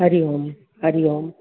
Hari Om Hari Om